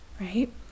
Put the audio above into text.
right